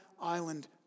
island